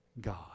God